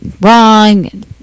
wrong